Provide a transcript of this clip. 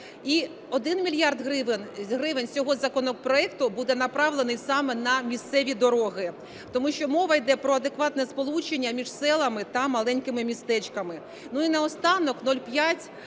І 1 мільярд гривень з цього законопроекту буде направлений саме на місцеві дороги, тому що мова іде про адекватне сполучення між селами та маленькими містечками. Ну, і наостанок 0,5